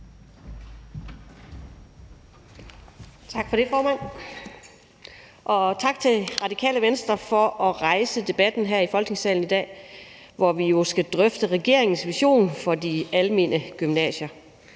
Tak for det, formand, og tak til Radikale Venstre for at rejse debatten her i Folketingssalen i dag, hvor vi jo skal drøfte regeringens vision for de almene gymnasier.